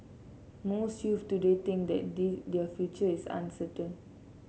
most youths today think that they their future is uncertain